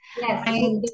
Yes